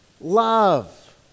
love